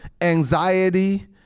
anxiety